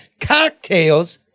cocktails